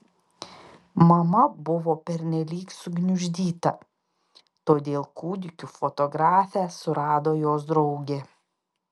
mama buvo pernelyg sugniuždyta todėl kūdikių fotografę surado jos draugė